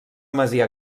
masia